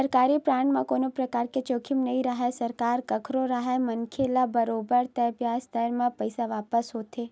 सरकारी बांड म कोनो परकार के जोखिम नइ राहय सरकार कखरो राहय मनखे ल बरोबर तय बियाज दर म पइसा वापस होथे